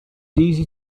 easy